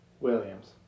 Williams